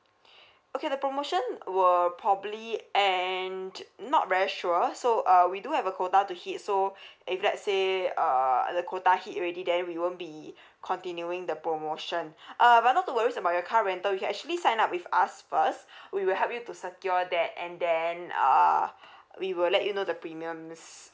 okay the promotion will probably end not very sure so uh we do have a quota to hit so if let say uh the quota hit already then we won't be continuing the promotion uh but not to worries about your car rental you can actually sign up with us first we will help you to secure that and then uh we will let you know the premiums